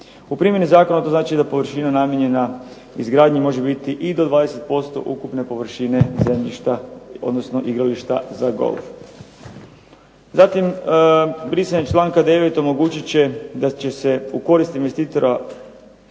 U primjeni zakona to znači da površina namijenjena izgradnji može biti i do 20% ukupne površine zemljišta, odnosno igrališta za golf. Zatim, brisanje čl. 9. omogućit će da će se u korist investitora